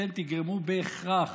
אתם תגרמו בהכרח